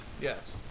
Yes